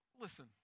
Listen